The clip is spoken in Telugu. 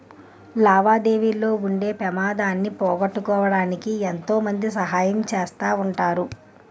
లావాదేవీల్లో ఉండే పెమాదాన్ని పోగొట్టడానికి ఎంతో మంది సహాయం చేస్తా ఉంటారు